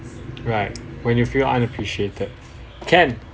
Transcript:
right when you feel unappreciated can